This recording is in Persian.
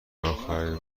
آخرین